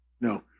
no